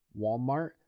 Walmart